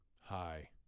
Hi